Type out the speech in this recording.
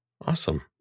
awesome